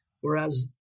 Whereas